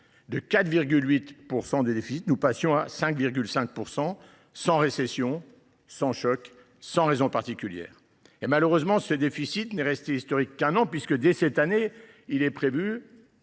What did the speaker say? de 4,8 % de déficit, nous passions à 5,5 %, et ce sans récession, sans choc, sans raison particulière. Malheureusement, ce déficit n’est resté historique qu’un an : dès cette année, il est prévu